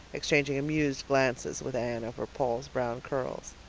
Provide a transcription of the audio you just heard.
exchanging amused glances with anne over paul's brown curls.